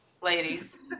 ladies